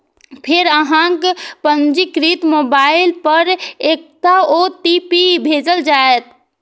फेर अहांक पंजीकृत मोबाइल पर एकटा ओ.टी.पी भेजल जाएत